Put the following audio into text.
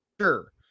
Sure